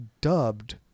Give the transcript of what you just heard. dubbed